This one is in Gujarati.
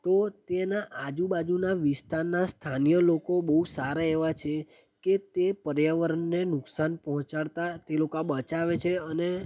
તો તેના આજુબાજુના વિસ્તારના સ્થાનીય લોકો બહુ સારા એવા છે કે તે પર્યાવરણને નુકશાન પહોંચાડતાં તે લોકો બચાવે છે અને